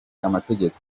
amategeko